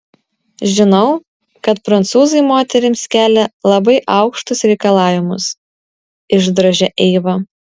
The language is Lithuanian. žinau kad prancūzai moterims kelia labai aukštus reikalavimus išdrožė eiva